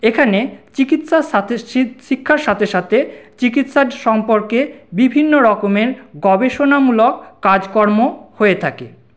এখানে চিকিৎসার সাথে শিক্ষার সাথে সাথে চিকিৎসার সম্পর্কে বিভিন্ন রকমের গবেষণামূলক কাজকর্ম হয়ে থাকে